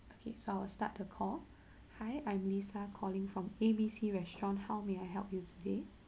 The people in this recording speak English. okay so I will start the call hi I'm lisa calling from A B C restaurant how may I help you today